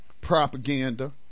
propaganda